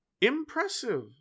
impressive